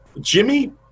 Jimmy